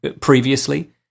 previously